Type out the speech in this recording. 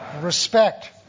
respect